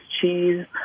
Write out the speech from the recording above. cheese